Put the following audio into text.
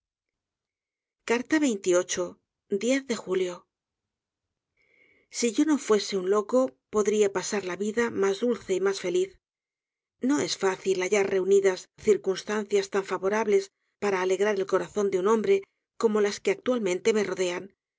i de julio sí yo no fuese un loco podría pasar la vida mas dulce y mas feliz no es fácil hallar reunidas circunstancias tan favorables para alegrar el corazón de un homb r e como las que actualmente me rodean